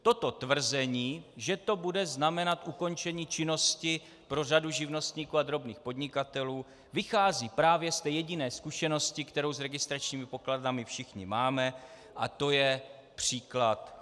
Toto tvrzení, že to bude znamenat ukončení činnosti pro řadu živnostníků a drobných podnikatelů, vychází právě z té jediné zkušenosti, kterou s registračními pokladnami všichni máme, a to je příklad Chorvatska.